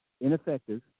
ineffective